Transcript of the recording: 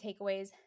takeaways